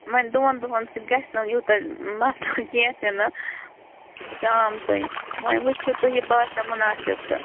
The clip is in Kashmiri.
ونۍ دۄہَن دۄہَن سۭتۍ گَژھِ نہٕ یوٗتاہ مَسلہٕ کیٚنٛہہ تہِ نہٕ شام تانۍ ونۍ وٕچھِو تُہۍ یہِ باسیو مُناسب تہٕ